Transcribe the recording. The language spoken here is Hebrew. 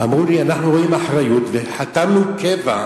אמרו לי, אנחנו רואים אחריות וחתמנו קבע,